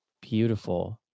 Beautiful